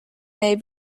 may